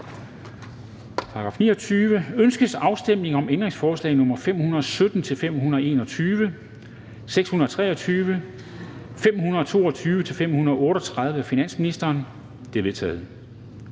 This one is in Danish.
forkastet. Ønskes afstemning om ændringsforslag nr. 558 og 559 af finansministeren? De er vedtaget.